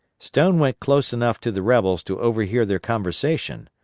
stone went close enough to the rebels to overhear their conversation.